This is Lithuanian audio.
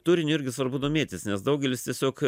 turiniu irgi svarbu domėtis nes daugelis tiesiog